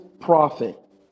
profit